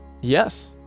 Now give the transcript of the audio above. Yes